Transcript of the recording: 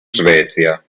svezia